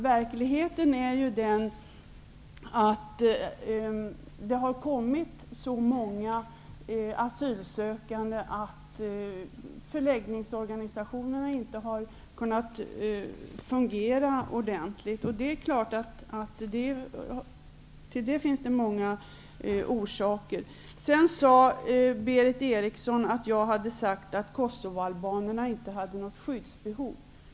Verkligheten är den att det har kommit så många asylsökande att förläggningsorganisationen inte har kunnat fungera ordentligt. Det är klart att det finns många orsaker till det. Berith Eriksson sade vidare att jag hade sagt att kosovoalbanerna inte hade något skyddsbehov.